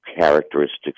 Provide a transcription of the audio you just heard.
characteristics